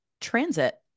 Transit